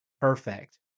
perfect